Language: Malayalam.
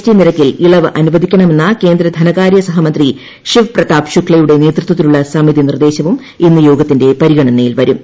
ടി നിരക്കിൽ ഇളവ് അനുവദിക്കണമെന്ന കേന്ദ്ര ധനകാര്യ സഹമന്ത്രി ശിവ് പ്രതാപ് ശുക്കയുടെ നേതൃത്വത്തിലുള്ള സമിതി നിർദ്ദേശവും ഇന്ന് യോഗത്തിന്റെ പരിഗണനയിൽ വരും